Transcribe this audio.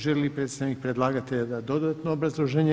Želi li predstavnik predlagatelja dati dodatno obrazloženje?